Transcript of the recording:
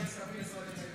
הכניסו כספים קואליציוניים.